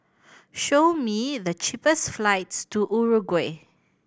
show me the cheapest flights to Uruguay